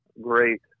great